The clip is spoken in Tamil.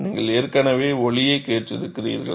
நீங்கள் ஏற்கனவே ஒலியைக் கேட்டிருக்கிறீர்கள்